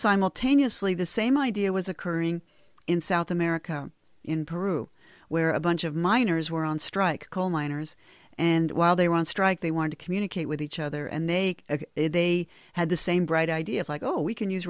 simultaneously the same idea was occurring in south america in peru where a bunch of miners were on strike coal miners and while they were on strike they wanted to communicate with each other and they they had the same bright ideas like oh we can use